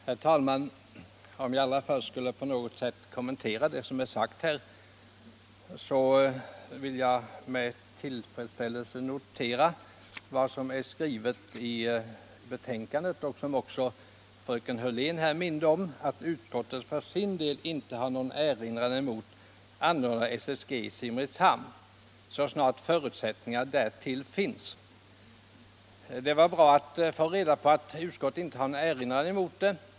Herr talman! Allra först vill jag säga att jag med tillfredsställelse noterar vad utskottet skrivit i sitt betänkande och vad fröken Hörlén här minde om, att utskottet för sin del inte har någon erinran mot anordnandet av en försöksverksamhet med SSG i Simrishamn så snart förutsättningar härför föreligger. Det var roligt att höra att utskottet inte har någon erinran mot det.